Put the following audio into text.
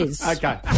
Okay